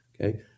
okay